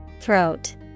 Throat